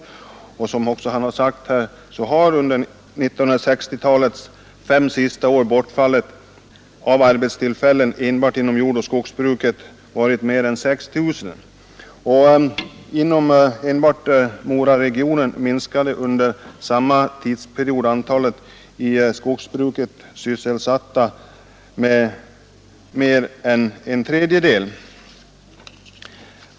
Som han också sagt, har under 1960-talets fem sista år bortfallet av arbetstillfällen inom jordoch skogsbruket varit mer än 6 000. Inom enbart Moraregionen minskade under samma tidsperiod antalet i skogsbruket sysselsatta med mer än en tredjedel.